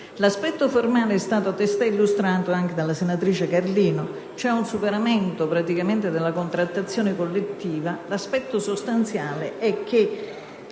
L'aspetto formale è stato testé illustrato dalla senatrice Carlino: c'è un superamento della contrattazione collettiva. L'aspetto sostanziale riguarda